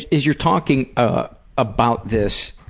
as you're talking ah about this,